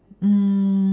mm